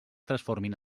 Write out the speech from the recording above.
transformin